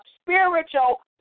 spiritual